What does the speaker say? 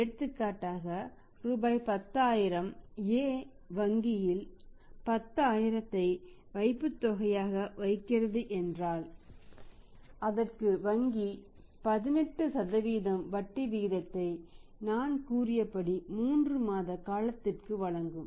எடுத்துக்காட்டாக ரூபாய் 10000 A வங்கியில் வைப்புத் தொகையாக வைக்கிறார் என்றால் அதற்கு வங்கி 18 வட்டி விகிதத்தை நான் கூறியபடி மூன்று மாத காலத்திற்கு வழங்கும்